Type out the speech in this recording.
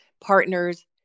partners